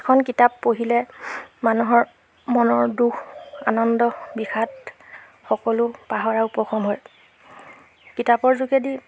এখন কিতাপ পঢ়িলে মানুহৰ মনৰ দুখ আনন্দ বিষাদ সকলো পাহৰা উপশম হয় কিতাপৰ যোগেদি